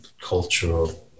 cultural